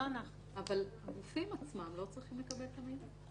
אבל הגופים עצמם לא צריכים לקבל את המידע.